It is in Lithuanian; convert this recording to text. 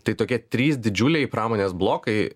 tai tokie trys didžiuliai pramonės blokai